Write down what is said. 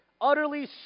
Utterly